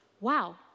wow